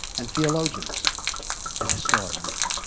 and theologians and historians.